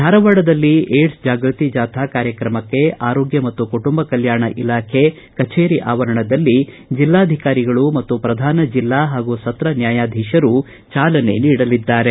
ಧಾರವಾಡದಲ್ಲಿ ಏಡ್ಸ್ ಜಾಗೃತಿ ಜಾಥಾ ಕಾರ್ಯಕ್ರಮಕ್ಕೆ ಆರೋಗ್ಯ ಮತ್ತು ಕುಟುಂಬ ಕಲ್ನಾಣ ಇಲಾಖೆ ಕಛೇರಿ ಆವರಣದಲ್ಲಿ ಜಿಲ್ಲಾಧಿಕಾರಿಗಳು ಮತ್ತು ಪ್ರಧಾನ ಜಿಲ್ಲಾ ಹಾಗೂ ಸತ್ರ ನ್ಲಾಯಾಧೀಶರು ಚಾಲನೆ ನೀಡಲಿದ್ದಾರೆ